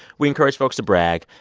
we encourage folks to brag.